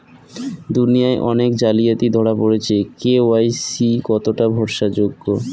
দুনিয়ায় অনেক জালিয়াতি ধরা পরেছে কে.ওয়াই.সি কতোটা ভরসা যোগ্য?